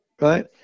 Right